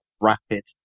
rapid